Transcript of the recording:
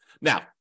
Now